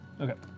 Okay